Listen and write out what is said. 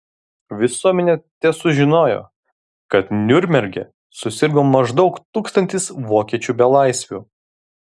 visuomenė tesužinojo kad niurnberge susirgo maždaug tūkstantis vokiečių belaisvių